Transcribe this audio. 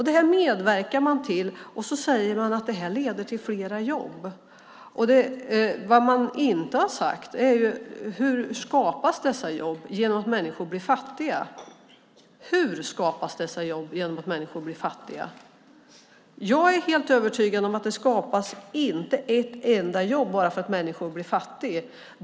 Det här medverkar man till, och så säger man att det leder till flera jobb. Vad man inte har sagt är: Hur skapas dessa jobb genom att människor blir fattiga? Jag är helt övertygad om att det inte skapas ett enda jobb bara för att människor blir fattiga.